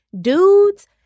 Dudes